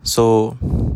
so